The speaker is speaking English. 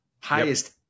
highest